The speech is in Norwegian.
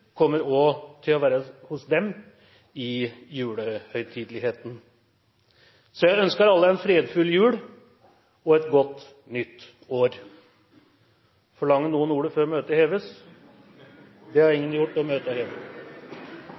kommer også til å være hos dem i julehøytideligheten. Jeg ønsker alle en fredfull jul og et godt nytt år. Forlanger noen ordet før møtet heves? – Møtet er hevet.